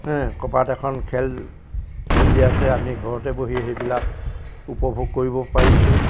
ক'ৰবাত এখন খেল চলি আছে আমি ঘৰতে বহি সেইবিলাক উপভোগ কৰিব পাৰিছোঁ